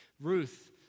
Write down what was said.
Ruth